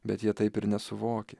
bet jie taip ir nesuvokė